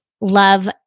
love